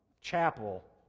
chapel